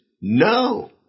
no